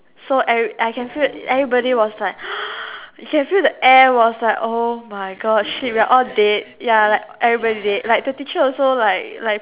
so every I can feel everybody was like you can feel the air was like oh my god shit we're all dead ya like everybody dead like the teacher also like like